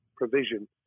provision